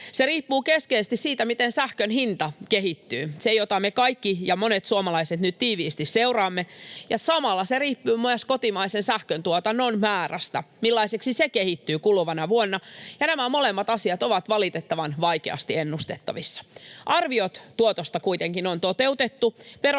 riippuu keskeisesti siitä, miten sähkön hinta kehittyy — se, jota me kaikki ja monet suomalaiset nyt tiiviisti seuraamme — ja samalla se riippuu myös kotimaisen sähköntuotannon määrästä, millaiseksi se kehittyy kuluvana vuonna, ja nämä molemmat asiat ovat valitettavan vaikeasti ennustettavissa. Arviot tuotosta kuitenkin on toteutettu.